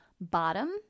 bottom